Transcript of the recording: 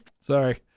Sorry